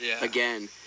again